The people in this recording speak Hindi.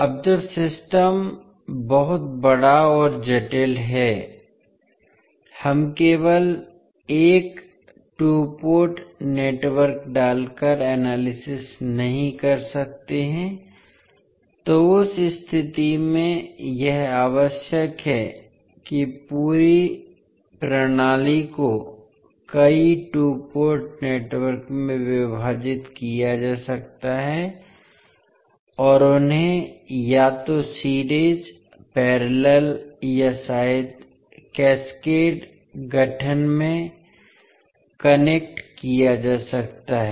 अब जब सिस्टम बहुत बड़ा और जटिल है हम केवल एक टू पोर्ट नेटवर्क डालकर एनालिसिस नहीं कर सकते हैं तो उस स्थिति में यह आवश्यक है कि पूरी प्रणाली को कई टू पोर्ट नेटवर्क में विभाजित किया जा सकता है और उन्हें या तो सीरीज पैरेलल या शायद कैस्केड गठन में कनेक्ट किया जा सकता है